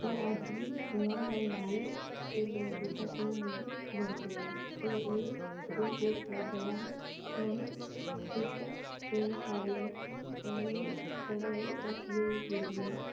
ओह् अज्ज बी उ'आं गै मैह्ल न ते लोक उत्थै घूमने गी जंदे न ते एह् उधमपुर शैह्र जेह्ड़ा ऐ हून इस सालै हून बड़ा गै तरक्की होई गेदी ऐ